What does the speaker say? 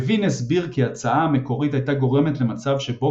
לוין הסביר כי ההצעה המקורית הייתה גורמת למצב שבו